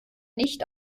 nicht